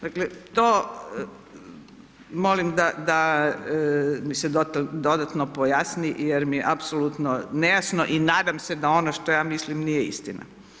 Dakle, to, molim da, da mi se dodatno pojasni jer mi je apsolutno nejasno i nadam se da ono što ja mislim nije istina.